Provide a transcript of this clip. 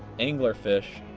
angler fish,